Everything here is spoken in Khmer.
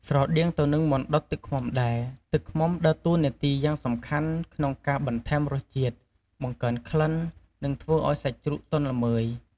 ស្រដៀងទៅនឹងមាន់ដុតទឹកឃ្មុំដែរ ទឹកឃ្មុំដើរតួនាទីយ៉ាងសំខាន់ក្នុងការបន្ថែមរសជាតិ បង្កើនក្លិន និងធ្វើឱ្យសាច់ជ្រូកទន់ល្មើយ។